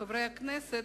חברי הכנסת,